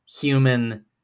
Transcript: human